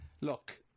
Look